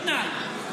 בתנאי.